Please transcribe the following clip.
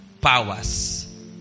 Powers